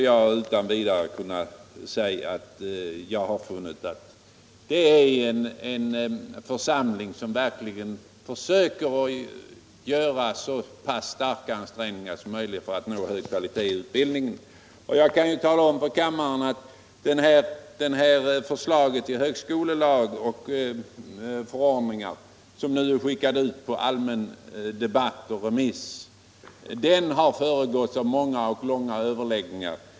Jag har funnit att H 75 är en församling som verkligen gör så stora ansträngningar som möjligt för att nå hög kvalitet i utbildningen. Jag kan tala om för kammaren att förslaget till högskolelag och förordningar, som nu har skickats ut på remiss, har föregåtts av många och långa överläggningar.